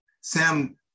Sam